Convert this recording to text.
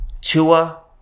Tua